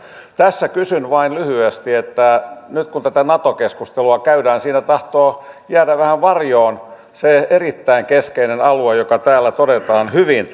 tässä kysyn vain lyhyesti että nyt kun tätä nato keskustelua käydään siinä tahtoo jäädä vähän varjoon se erittäin keskeinen alue joka todetaan hyvin